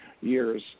years